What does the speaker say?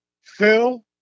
Phil